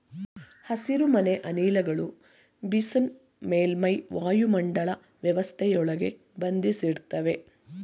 ಹಸಿರುಮನೆ ಅನಿಲಗಳು ಬಿಸಿನ ಮೇಲ್ಮೈ ವಾಯುಮಂಡಲ ವ್ಯವಸ್ಥೆಯೊಳಗೆ ಬಂಧಿಸಿಡ್ತವೆ